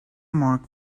marked